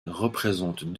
représentent